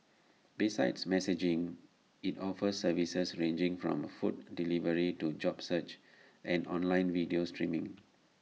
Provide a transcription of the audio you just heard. besides messaging IT offers services ranging from food delivery to job searches and online video streaming